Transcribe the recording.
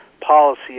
policy